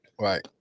Right